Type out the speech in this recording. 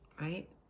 Right